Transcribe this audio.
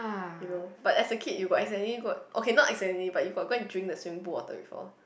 you know but as a kid you got accidentally go okay not accidentally but you got go and drink the swimming pool water before